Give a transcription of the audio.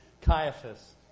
Caiaphas